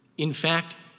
in fact,